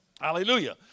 Hallelujah